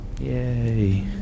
Yay